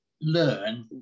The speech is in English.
learn